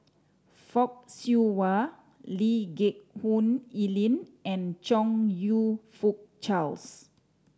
Fock Siew Wah Lee Geck Hoon Ellen and Chong You Fook Charles